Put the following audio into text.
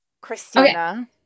Christina